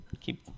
keep